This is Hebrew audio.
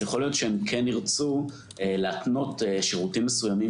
יכול להיות שכן ירצו להתנות שירותים מסוימים